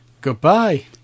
Goodbye